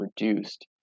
reduced